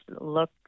look